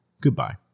Goodbye